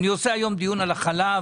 אני עושה היום דיון על החלב,